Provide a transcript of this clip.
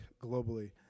globally